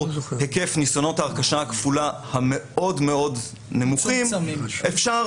היקף ניסיונות ההרכשה הכפולה המאוד מאוד נמוכים אפשר